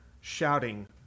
shouting